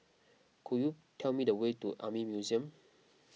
could you tell me the way to Army Museum